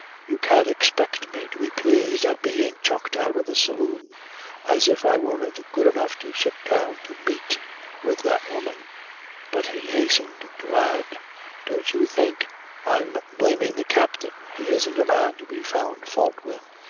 you can't expect me to be pleased at being chucked out of the saloon as if i weren't good enough to sit down to meat with that woman but he hastened to add don't you think i'm blaming the captain. he isn't a man to be found fault with.